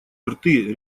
рты